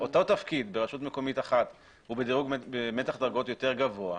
שאותו תפקיד ברשות מקומית אחרת הוא במתח דרגות יותר גבוה,